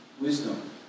wisdom